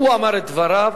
הוא אמר את דבריו,